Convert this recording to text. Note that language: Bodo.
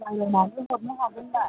रायलायनानै हरनो हागोन दा